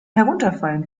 herunterfallen